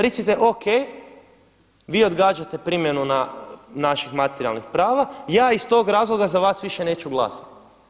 Recite o.k. vi odgađate primjenu naših materijalnih prava, ja iz tog razloga za vas više neću glasati.